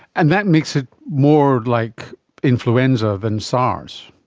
and that makes it more like influenza than sars.